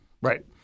Right